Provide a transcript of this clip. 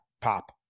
pop